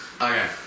Okay